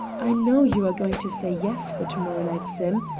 i know you are going to say yes for to-morrow night, sim,